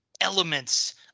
Elements